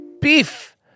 Beef